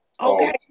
okay